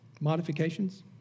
modifications